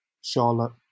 Charlotte